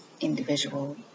individual